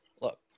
Look